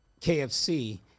KFC